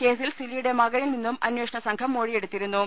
കേ സിൽ സിലിയുടെ മകനിൽ നിന്നും അനേഷണ സംഘം മൊഴിയെടുത്തിരു ന്നു